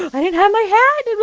i didn't have my hat.